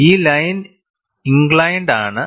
ഈ line inclined ആണ്